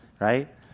right